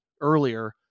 earlier